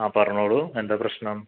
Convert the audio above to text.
ആ പറഞ്ഞോളൂ എന്താ പ്രശ്നം